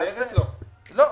אוקיי.